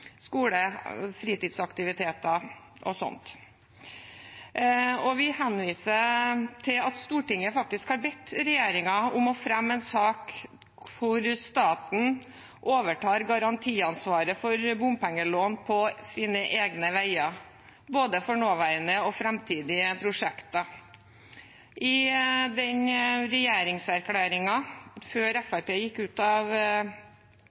skole, fritidsaktiviteter og slikt. Vi henviser til at Stortinget faktisk har bedt regjeringen om å fremme en sak hvor staten overtar garantiansvaret for bompengelån på sine egne veier, både for nåværende og framtidige prosjekter. I regjeringserklæringen fra før Fremskrittspartiet gikk ut av